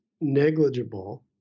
negligible